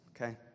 okay